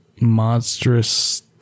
monstrous